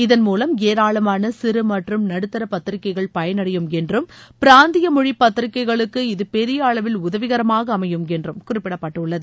இதன் மூலம் ஏராளமான சிறு மற்றும் நடுத்தர பத்திரிகைகள் பயனடையும் என்றும் பிராந்திய மொழி பத்திரிகைகளுக்கு இது பெரிய அளவில் உதவிகரமாக அமையும் என்றும் குறிப்பிடப்பட்டுள்ளது